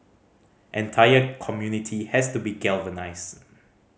entire community has to be galvanised